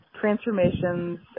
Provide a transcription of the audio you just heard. transformations